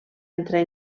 entrar